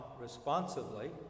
responsively